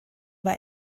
war